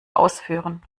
ausführen